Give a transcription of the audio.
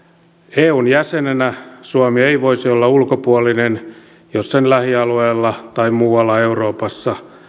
eun jäsenenä suomi ei voisi olla ulkopuolinen jos sen lähialueella tai muualla euroopassa